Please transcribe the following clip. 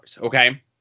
okay